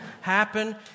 happen